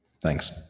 Thanks